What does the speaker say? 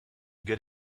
good